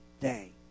day